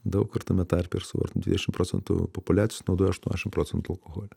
daug kur tame tarpe ir suvarto dvidešimt procentų populiacijos naudoja aštuoniasdešimt procentų alkoholio